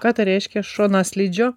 ką ta reiškia šonaslydžio